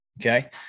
Okay